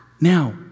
Now